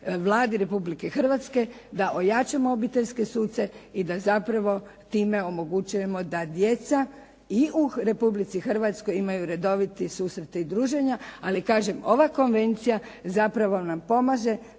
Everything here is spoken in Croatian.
Vladi Republike Hrvatske da ojačamo obiteljske suce i da zapravo time omogućujemo da djeca i u Republici Hrvatskoj imaju redovite susrete i druženja, ali kažem ova konvencija zapravo nam pomaže